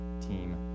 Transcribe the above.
team